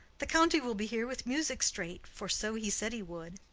the county will be here with music straight, for so he said he would.